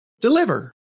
deliver